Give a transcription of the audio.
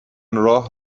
راه